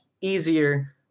easier